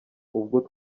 ubwo